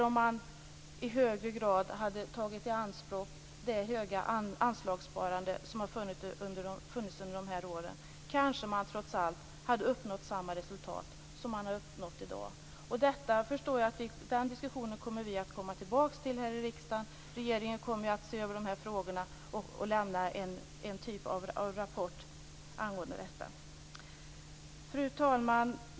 Om man i högre grad hade tagit i anspråk de senaste årens höga anslagssparande, kanske man trots allt hade uppnått samma resultat som man har uppnått i dag. Den diskussionen kommer vi att återkomma till här i riksdagen. Regeringen kommer ju att se över dessa frågor och lämna någon typ av rapport angående detta. Fru talman!